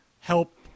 help